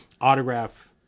autograph